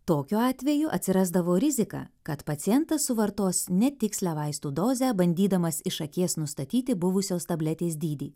tokiu atveju atsirasdavo rizika kad pacientas suvartos netikslią vaistų dozę bandydamas iš akies nustatyti buvusios tabletės dydį